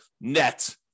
net